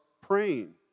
praying